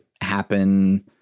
happen